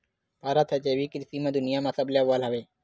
भारत हा जैविक कृषि मा दुनिया मा सबले अव्वल हवे